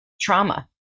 trauma